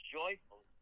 joyful